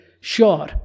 sure